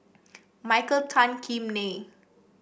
Michael Tan Kim Nei